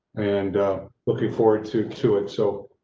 and looking forward to to it, so.